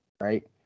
right